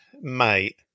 mate